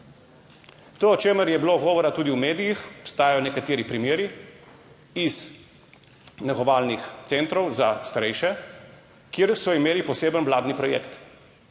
To, o čemer je bilo govora tudi v medijih, obstajajo nekateri primeri iz negovalnih centrov za starejše, kjer so imeli poseben vladni projekt,